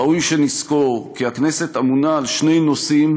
ראוי שנזכור שהכנסת אמונה על שני נושאים